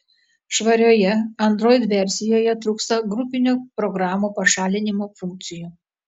švarioje android versijoje trūksta grupinio programų pašalinimo funkcijų